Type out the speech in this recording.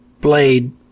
blade